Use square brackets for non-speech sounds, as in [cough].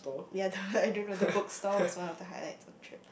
ya the [laughs] I don't know the bookstore was one of the highlights of the trip